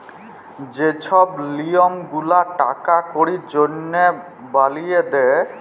যে ছব লিয়ম গুলা টাকা কড়ির জনহে বালিয়ে দে